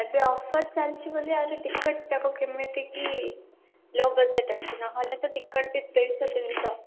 ଏବେ ଅଫର୍ ଚାଲିଛି ବୋଲି ଆଜି ଟିକେଟ୍ ଯାକ କେମିତି କି ଲୋ ବଜେଟ୍ ଅଛି ନହେଲେ ତ ଟିକେଟ୍ ବି ଦୁଇଶହ ତିନିଶହ